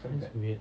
that's weird